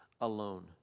alone